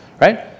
right